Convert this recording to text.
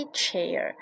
chair